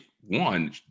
one